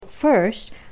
First